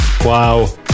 Wow